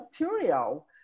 material